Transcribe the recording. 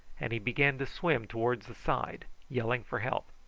and he began to swim towards the side, yelling for help.